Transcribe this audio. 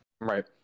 Right